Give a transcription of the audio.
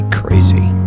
crazy